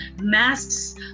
masks